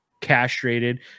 castrated